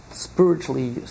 Spiritually